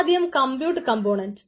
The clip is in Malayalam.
ആദ്യം കംപ്യൂട്ട് കംപോണന്റ്